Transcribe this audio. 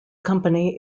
company